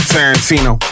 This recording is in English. Tarantino